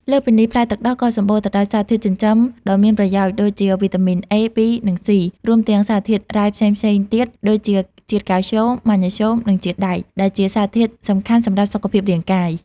លើសពីនេះ ផ្លែទឹកដោះក៏សម្បូរទៅដោយសារធាតុចិញ្ចឹមដ៏មានប្រយោជន៍ដូចជាវីតាមីន A, B, និង C រួមទាំងសារធាតុរ៉ែផ្សេងៗទៀតដូចជាជាតិកាល់ស្យូម ម៉ាញ៉េស្យូម និងជាតិដែក ដែលជាសារធាតុសំខាន់សម្រាប់សុខភាពរាងកាយ។